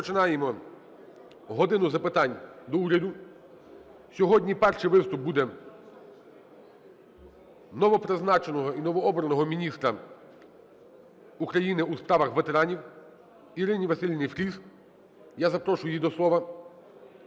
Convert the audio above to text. розпочинаємо "годину запитань до Уряду". Сьогодні перший виступ буде новопризначеного і новообраного міністра України у справах ветеранів – Ірини Василівни Фріз. Я запрошую її до слова.